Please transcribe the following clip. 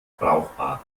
brauchbar